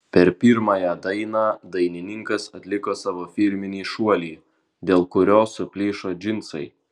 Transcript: per pirmąją dainą dainininkas atliko savo firminį šuolį dėl kurio suplyšo džinsai